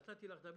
נתתי לך לדבר.